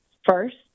First